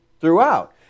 throughout